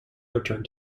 returned